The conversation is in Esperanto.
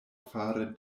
fare